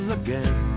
again